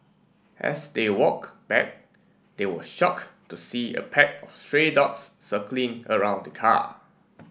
as they walk back they were shocked to see a pack of stray dogs circling around the car